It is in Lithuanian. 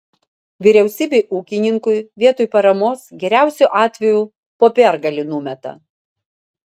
vyriausybė ūkininkui vietoj paramos geriausiu atveju popiergalį numeta